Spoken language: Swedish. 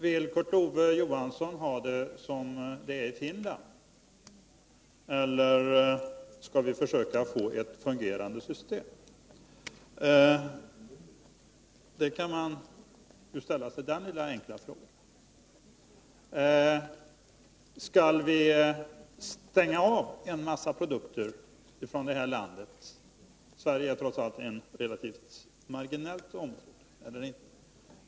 Vill Kurt Ove Johansson ha det som det är i Finland, eller skall vi försöka få ett fungerande system? Det är den enkla fråga som man kan ställa. Skall vi utestänga en mängd produkter från det här landet? Sverige är trots allt ett relativt litet område.